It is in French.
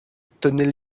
tenait